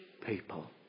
people